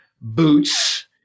boots